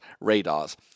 Radars